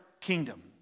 kingdom